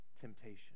temptation